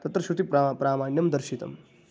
तत्र श्रुतिप्रा प्रामाण्यं दर्शितम्